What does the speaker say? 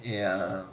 ya